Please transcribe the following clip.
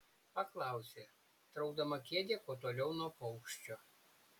paklausė traukdama kėdę kuo toliau nuo paukščio